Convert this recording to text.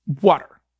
water